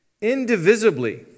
indivisibly